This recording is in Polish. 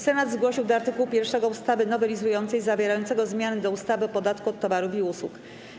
Senat zgłosił do art. 1 ustawy nowelizującej zawierającego zmiany do ustawy o podatku od towarów i usług.